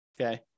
okay